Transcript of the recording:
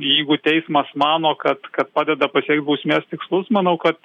jeigu teismas mano kad kad padeda pasiekt bausmės tikslus manau kad